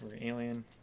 Alien